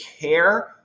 care